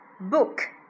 Book